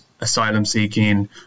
asylum-seeking